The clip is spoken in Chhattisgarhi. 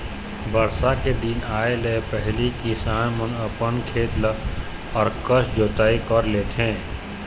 बरसा के दिन आए ले पहिली किसान मन अपन खेत ल अकरस जोतई कर लेथे